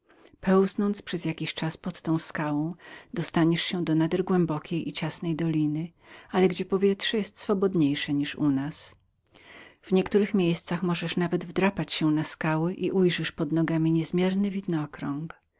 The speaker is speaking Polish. pełznąc przez jakiś czas pod tą skałą dostaniesz się do nader głębokiej i ciasnej doliny ale gdzie powietrze jest wolniejszem niż u nas w niektórych miejscach możesz nawet wdrapać się na skały i ujrzysz pod nogami niezmierzony